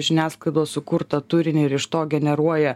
žiniasklaidos sukurtą turinį ir iš to generuoja